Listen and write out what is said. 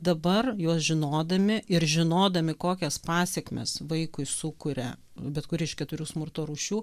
dabar juos žinodami ir žinodami kokias pasekmes vaikui sukuria bet kuri iš keturių smurto rūšių